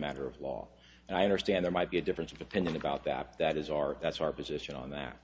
matter of law and i understand there might be a difference of opinion about that that is our that's our position on that